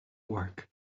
work